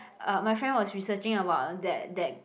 uh my friend was researching about that that